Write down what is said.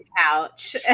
couch